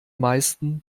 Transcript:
meisten